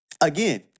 again